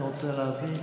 אני רוצה להבין?